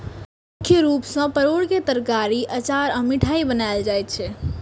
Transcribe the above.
मुख्य रूप सं परोर के तरकारी, अचार आ मिठाइ बनायल जाइ छै